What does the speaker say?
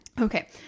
Okay